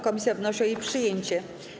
Komisja wnosi o jej przyjęcie.